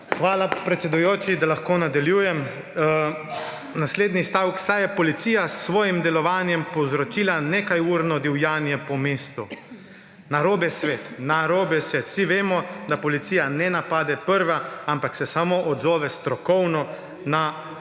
Hvala, predsedujoči, da lahko nadaljujem. Naslednji stavek: »Saj je policija s svojim delovanjem povzročila nekajurno divjanje po mestu.« Narobe svet. Narobe svet. Vsi vemo, da policija ne napade prva, ampak se samo odzove strokovno na nasilne